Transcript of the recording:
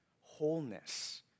wholeness